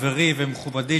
חברי ומכובדי,